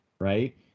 right